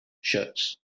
shirts